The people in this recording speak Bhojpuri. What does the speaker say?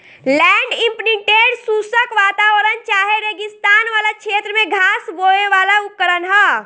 लैंड इम्प्रिंटेर शुष्क वातावरण चाहे रेगिस्तान वाला क्षेत्र में घास बोवेवाला उपकरण ह